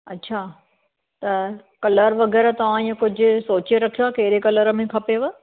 अच्छा त कलर वग़ैरह तव्हां इएं कुझु सोचे रखियो आहे कहिड़े कलर में खपेव